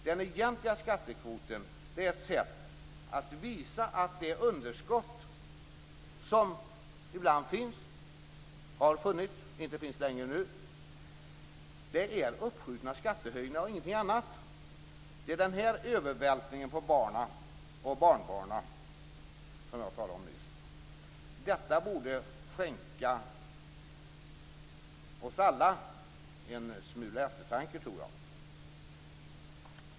Den egentliga skattekvoten är ett sätt att visa att de underskott som ibland finns, har funnits men som nu inte längre finns är uppskjutna skattehöjningar och ingenting annat. Det är här övervältringen på barn och barnbarn, som jag talade om nyss, kommer in. Detta borde skänka oss alla en smula eftertanke.